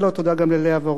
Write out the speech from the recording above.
תודה גם ללאה ורון,